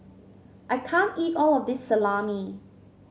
I can't eat all of this Salami